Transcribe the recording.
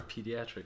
Pediatrics